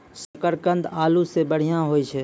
शकरकंद आलू सें बढ़िया होय छै